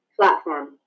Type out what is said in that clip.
platform